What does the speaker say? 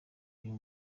uyu